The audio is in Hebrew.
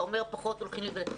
אתה אומר, פחות הולכים להיבדק.